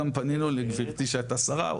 גם פנינו לגברתי שהייתה שרה,